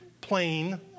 plain